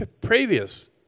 previous